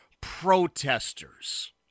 protesters